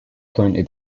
currently